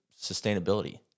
sustainability